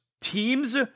teams